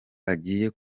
agiye